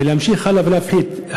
ולהמשיך הלאה ולהפחית.